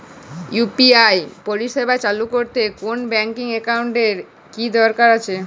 UPI পরিষেবা চালু করতে কোন ব্যকিং একাউন্ট এর কি দরকার আছে?